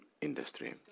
industry